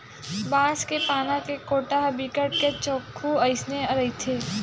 बांस के पाना के कोटा ह बिकट के चोक्खू अइसने रहिथे